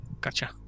Gotcha